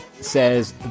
says